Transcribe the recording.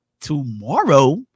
Tomorrow